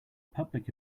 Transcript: public